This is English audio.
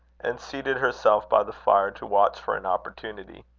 and seated herself by the fire to watch for an opportunity.